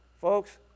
Folks